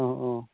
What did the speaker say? अ अ